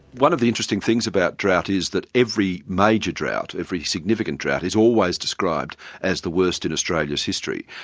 one of the interesting things about drought is that every major drought, every significant drought is always described as the worst in australia's history.